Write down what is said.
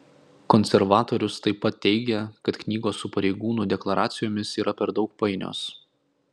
konservatorius taip pat teigė kad knygos su pareigūnų deklaracijomis yra per daug painios